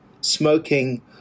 smoking